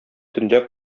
төнлә